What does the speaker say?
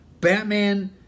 Batman